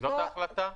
זאת ההחלטה?